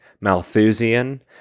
Malthusian